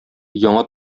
яңа